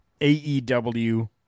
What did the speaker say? aew